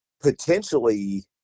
potentially